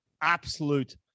absolute